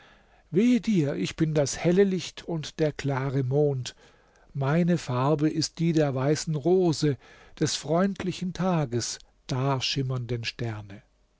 wehe dir ich bin das helle licht und der klare mond meine farbe ist die der weißen rose des freundlichen tages dar schimmernden sterne